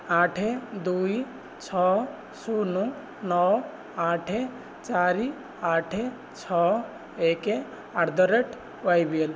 ଆଠ ଦୁଇ ଛଅ ଶୂନ ନଅ ଆଠ ଚାରି ଆଠ ଛଅ ଏକ at the rate Y B L